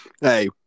Hey